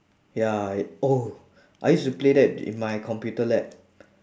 ya eh oh I used to play that in my computer lab